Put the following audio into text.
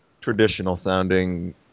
Traditional-sounding